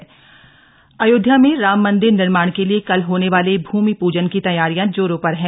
अयोध्या भूमि पूजन अयोध्या में राम मंदिर निर्माण के लिए कल होने वाले भूमि पूजन की तैयारियां जोरों पर है